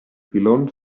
filons